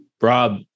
Rob